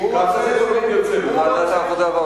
הוא רוצה משהו אחר לגמרי.